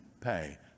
pay